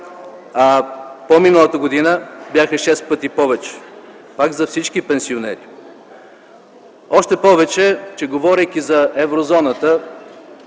а по-миналата година бяха 6 пъти повече пак за всички пенсионери. Говорейки за еврозоната,